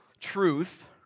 truth